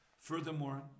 Furthermore